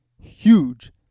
huge